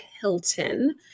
Hilton